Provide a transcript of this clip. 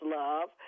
love